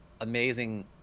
amazing